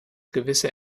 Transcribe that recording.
gewisse